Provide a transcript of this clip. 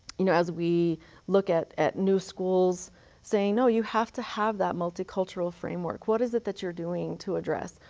you know as we look at at new schools saying no, you have to have that multicultural framework. what is it that you are doing to address